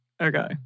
Okay